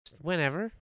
Whenever